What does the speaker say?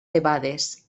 debades